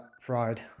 fried